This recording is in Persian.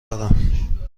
دارم